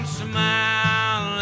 smile